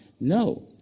no